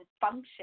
function